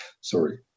Sorry